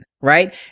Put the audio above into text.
right